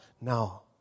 now